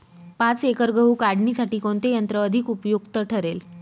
पाच एकर गहू काढणीसाठी कोणते यंत्र अधिक उपयुक्त ठरेल?